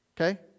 Okay